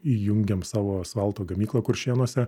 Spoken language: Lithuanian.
įjungiam savo asfalto gamyklą kuršėnuose